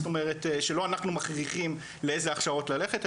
זאת אומרת שלא אנחנו מכריחים לאיזה הכשרות ללכת,